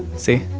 see?